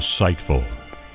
insightful